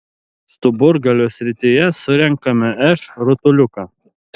stuburgalio srityje surenkame š rutuliuką